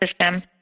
system